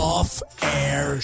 Off-Air